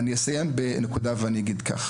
אני אסיים בנקודה הזאת.